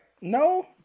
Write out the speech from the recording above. no